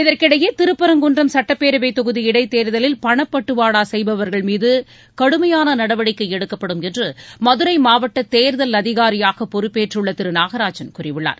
இதற்கிடையே திருப்பரங்குன்றம் சுட்டப்பேரவைத் தொகுதி இடைத் தேர்தலில் பணப் பட்டுவாடா செய்பவர்கள் மீது கடுமையான நடவடிக்கை எடுக்கப்படும் என்று மதுரை மாவட்ட தேர்தல் அதிகாரியாக பொறுப்பேற்றுள்ள திரு நாகராஜன் கூறியுள்ளார்